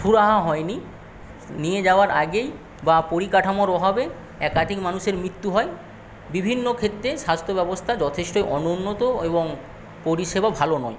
সুরাহা হয়নি নিয়ে যাওয়ার আগেই বা পরিকাঠামোর অভাবে একাধিক মানুষের মৃত্যু হয় বিভিন্ন ক্ষেত্রে স্বাস্থ্যব্যবস্থা যথেষ্ট অনুন্নত এবং পরিষেবা ভালো নয়